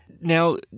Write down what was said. Now